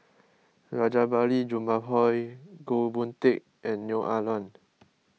Rajabali Jumabhoy Goh Boon Teck and Neo Ah Luan